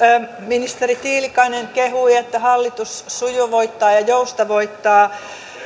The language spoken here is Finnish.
ministeri tiilikainen kehui että hallitus sujuvoittaa ja ja joustavoittaa